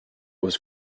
was